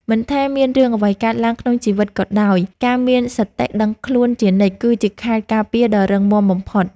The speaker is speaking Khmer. មិនថាមានរឿងអ្វីកើតឡើងក្នុងជីវិតក៏ដោយការមានសតិដឹងខ្លួនជានិច្ចគឺជាខែលការពារដ៏រឹងមាំបំផុត។